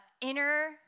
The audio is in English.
inner